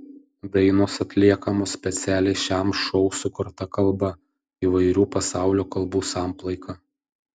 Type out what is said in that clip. dainos atliekamos specialiai šiam šou sukurta kalba įvairių pasaulio kalbų samplaika